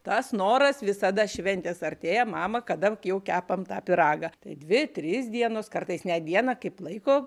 tas noras visada šventės artėja mama kada jau kepam tą pyragą tai dvi trys dienos kartais net dieną kaip laiko